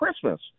Christmas